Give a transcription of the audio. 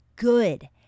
Good